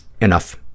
enough